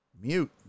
Mute